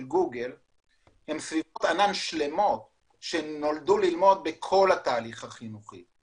גוגל הן סביבות ענן שלמות שנולדו ללמוד בכל התהליך החינוכי,